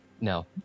No